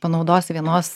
panaudos vienos